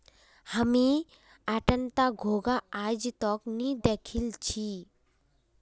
हामी अट्टनता घोंघा आइज तक नी दखिल छि